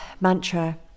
mantra